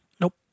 Nope